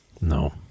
No